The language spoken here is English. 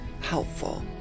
helpful